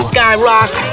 Skyrock